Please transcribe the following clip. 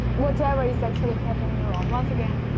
whatever is actually happening around once again,